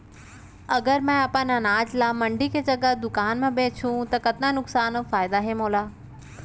अगर मैं अपन अनाज ला मंडी के जगह दुकान म बेचहूँ त कतका नुकसान अऊ फायदा हे मोला?